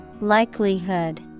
Likelihood